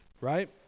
right